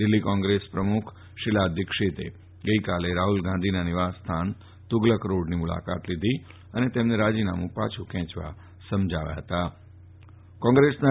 દિલ્ફી કોંગ્રેસ વડા શીલા દિક્ષિતે ગઈકાલે રાફલ ગાંધીના નિવાસસ્થાન તુધલક રોડની મુલાકાત લીધી ફતી અને તેમને રાજીનામું પાછું ખેંચવા સમજાવ્યા ફતા